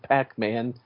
Pac-Man